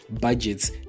Budgets